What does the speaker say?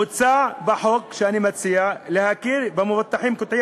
מוצע בחוק שאני מציע להכיר במבוטחים קטועי